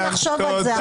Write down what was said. בואי נחשוב על זה.